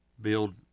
build